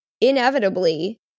inevitably